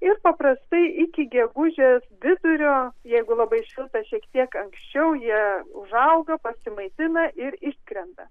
ir paprastai iki gegužės vidurio jeigu labai šilta šiek tiek anksčiau jie užauga pasimaitina ir išskrenda